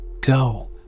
Go